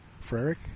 Frederick